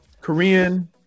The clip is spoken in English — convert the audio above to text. Korean